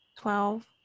Twelve